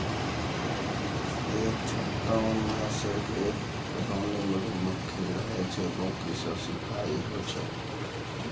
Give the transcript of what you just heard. एक छत्ता मॅ सिर्फ एक रानी मधुमक्खी रहै छै बाकी सब सिपाही होय छै